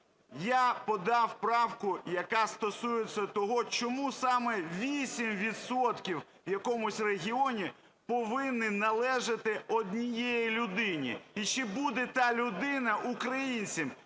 Я подав правку, яка стосується того, чому саме 8 відсотків в якомусь регіоні повинні належати одній людині. І чи буде та людина українцем?